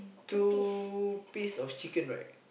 two piece of chicken right